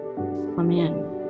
Amen